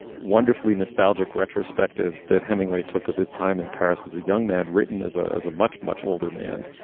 wonderfully nostalgic retrospective that hemingway took of his time in paris as a young man, written as a as a much, much older man